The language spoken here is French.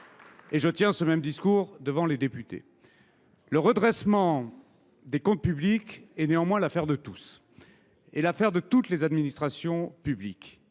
et je tiens le même discours devant les députés. Le redressement des comptes publics est néanmoins l’affaire de tous, et de toutes les administrations publiques.